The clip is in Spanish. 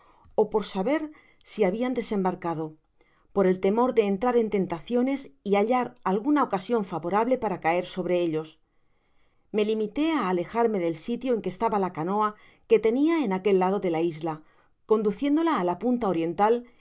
ó por saber si habian desembarcado por el temor de entrar en tentaciones y hallar alguna ocasion favorable para caer sobre ellos me limitó á alejarme del sitio en que estaba la canoa que tenia en aquel lado de la isla conduciéndola á la punta oriental y